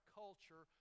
culture